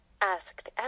asked